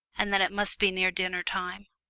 and that it must be near dinner-time.